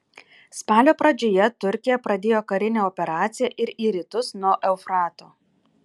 spalio pradžioje turkija pradėjo karinę operaciją ir į rytus nuo eufrato